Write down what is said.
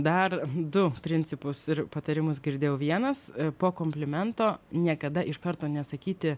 dar du principus ir patarimus girdėjau vienas po komplimento niekada iš karto nesakyti